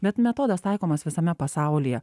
bet metodas taikomas visame pasaulyje